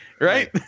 right